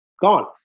Gone